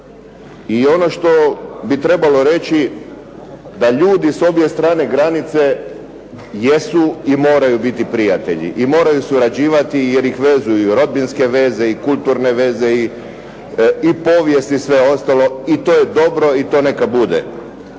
I ono što bi trebalo reći, da ljudi s obje strane granice jesu i moraju biti prijatelji i moraju surađivati jer ih vezuju rodbinske veze, kulturne veze i povijest i sve ostalo. I to je dobro i to neka bude.